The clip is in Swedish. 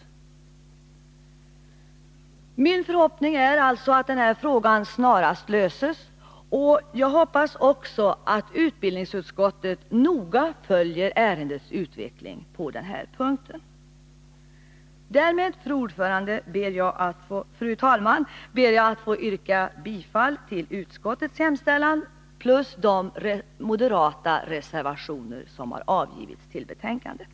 Min förhoppning är alltså att den här frågan snarast löses, och jag hoppas också att utbildningsutskottet noga följer ärendets utveckling på den här punkten. Därmed, fru talman, ber jag att få yrka bifall till utskottets hemställan och till de moderata reservationer som har fogats till betänkandet.